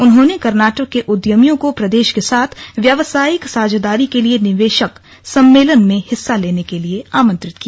उन्होंने कर्नाटक के उद्यमियों को प्रदेश के साथ व्यवसायिक साझेदारी के लिये निवेशक सम्मेलन में हिस्सा लेने के लिए आमंत्रित किया